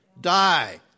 die